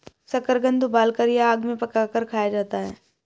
शकरकंद उबालकर या आग में पकाकर खाया जाता है